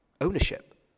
ownership